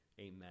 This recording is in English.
Amen